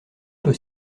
peut